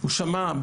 הוא שמע,